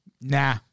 nah